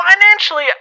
financially